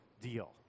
deal